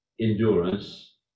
endurance